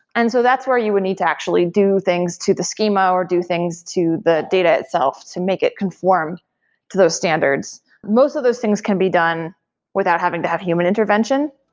and so that's where you would need to actually do things to the schema, or do things to the data itself to make it conform to those standards most of those things can be done without having to have human intervention.